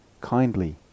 kindly